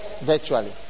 virtually